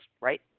right